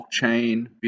blockchain